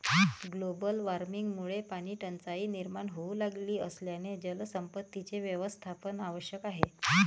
global वॉर्मिंगमुळे पाणीटंचाई निर्माण होऊ लागली असल्याने जलसंपत्तीचे व्यवस्थापन आवश्यक आहे